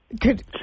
good